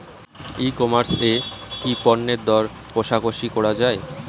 ই commerce এ কি পণ্যের দর কশাকশি করা য়ায়?